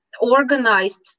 organized